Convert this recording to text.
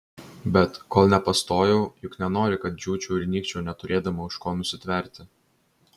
bet kol nepastojau juk nenori kad džiūčiau ir nykčiau neturėdama už ko nusitverti